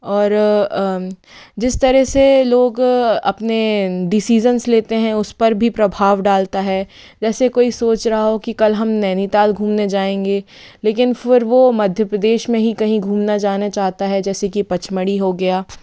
और जिस तरह से लोग अपने डिसीजन्स लेते हैं उस पर भी प्रभाव डालता है जैसे कोई सोच रहा हो कि कल हम नैनीताल घूमने जाएंगे लेकिन फिर वो मध्य प्रदेश में ही कहीं घूमने जाना चाहता है जैसे कि पंचमढ़ी हो गया